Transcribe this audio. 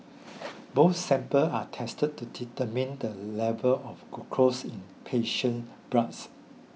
both samples are tested to determine the level of glucose in the patient's bloods